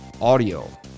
Audio